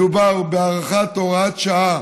מדובר בהארכת הוראת שעה